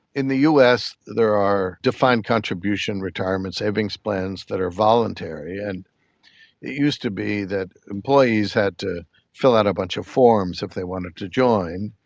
in the us there are defined contribution retirement savings plans that are voluntary. and it used to be that employees used to fill out a bunch of forms if they wanted to join,